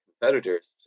competitors